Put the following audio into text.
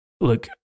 look